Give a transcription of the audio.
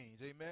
amen